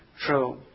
true